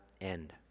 end